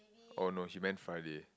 oh no she meant Friday